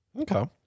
okay